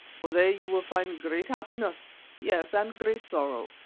for there you will find great happiness yes, and great sorrow.